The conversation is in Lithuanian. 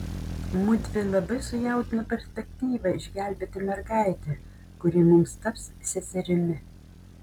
mudvi labai sujaudino perspektyva išgelbėti mergaitę kuri mums taps seserimi